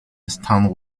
stunt